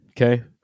Okay